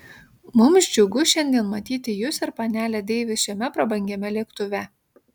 mums džiugu šiandien matyti jus ir panelę deivis šiame prabangiame lėktuve